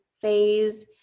phase